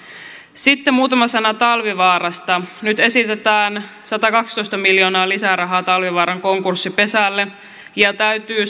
sitten muutama sana talvivaarasta nyt esitetään satakaksitoista miljoonaa lisää rahaa talvivaaran konkurssipesälle ja täytyy